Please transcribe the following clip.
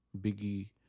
Biggie